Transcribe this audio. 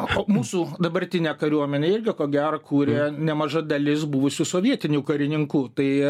mūsų dabartinę kariuomenę irgi ko gero kuria nemaža dalis buvusių sovietinių karininkų tai